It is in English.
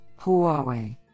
Huawei